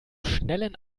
schnellen